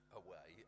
away